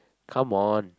come on